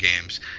games